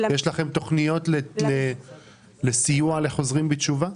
יש לכם תכניות סיוע לחוזרים בתשובה?